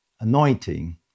anointing